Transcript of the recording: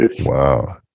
Wow